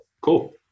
Cool